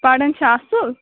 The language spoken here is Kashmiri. پَران چھےٚ اَصٕل